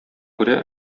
күрә